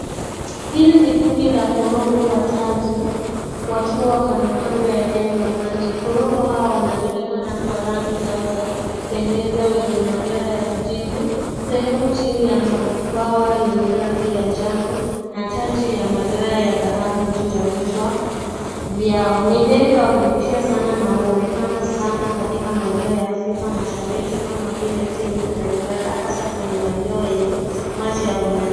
Hili ni kundi la korongo wa taji, wakiwa kando kando ya eneo la maji. Korongo hawa wanajulikana kwa rangi zao za kupendeza wenye manyoya ya kijivu, sehemu chini ya mabawa yenye rangi ya njano, na taji ya manyoya ya dhahabu juu ya vichwa vyao. Ni ndege wa kuvutia sana na huonekana sana katika maeneo ya Afrika Mashariki kama vile Kenya na Uganda, hasa kwenye maeneo yenye maji au nyasi.